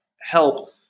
help